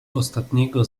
ostatniego